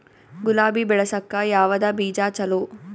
ಗುಲಾಬಿ ಬೆಳಸಕ್ಕ ಯಾವದ ಬೀಜಾ ಚಲೋ?